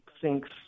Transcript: thinks –